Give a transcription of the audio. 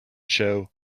show